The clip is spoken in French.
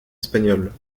espagnole